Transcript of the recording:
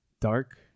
Dark